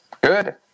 good